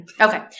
Okay